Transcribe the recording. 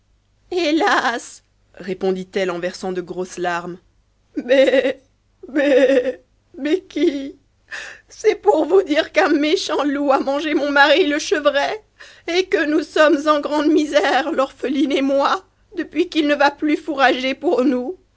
notas répondit-elle en versant de grosses larmes béé é béé é bekki c'est pour vous dire qu'un méchant loup a mangé mon mari le chevr t et que nous sommes en grande misère l'orpheline et moi depuis qu'il ne va plus fourrager pour nous